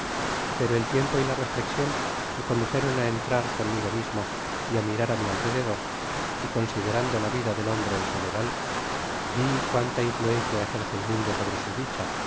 pero el tiempo y la reflexion me condujeron á entrar conmigo mismo y á mirar á mi rededor y considerando la vida del hombre en general vi cuanta influencia ejerce el mundo sobre su dicha y